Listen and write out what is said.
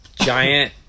giant